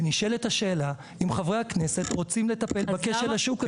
ונשאלת השאלה אם חברי הכנסת רוצים לטפל בכשל השוק הזה?